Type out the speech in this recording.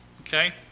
Okay